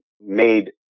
made